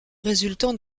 résultant